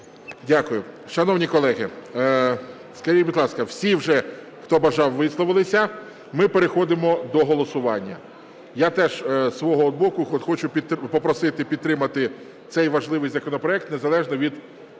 будь ласка, всі вже, хто бажав, висловилися? Ми переходимо до голосування. Я теж зі свого боку хочу попросити підтримати цей важливий законопроект незалежно від автора